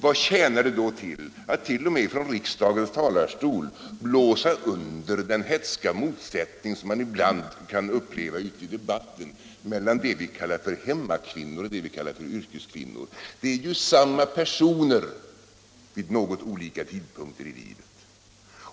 Vad tjänar det då till att t.o.m. från riksdagens talarstol blåsa under den hätska motsättning som ibland kan upplevas ute i debatten mellan vad vi kallar hemmakvinnor och yrkeskvinnor? Det är ju samma personer fast vid något olika tidpunkter i livet.